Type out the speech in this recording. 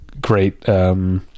great